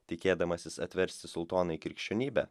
tikėdamasis atversti sultoną į krikščionybę